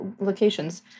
locations